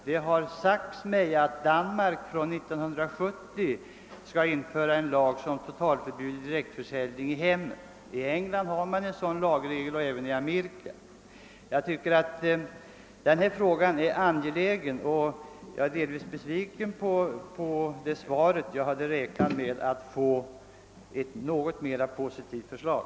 Det har sagts mig att Danmark från 1970 skall införa en lag som totalförbjuder direktförsäljning i hemmen. I England har man en sådan lagregel och även i Amerika. Jag tycker att denna fråga är angelägen, och jag är delvis besviken på svaret. Jag hade räknat med att få ett något mera positivt svar.